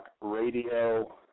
Radio